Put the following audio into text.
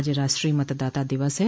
आज राष्ट्रीय मतदाता दिवस है